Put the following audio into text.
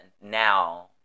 now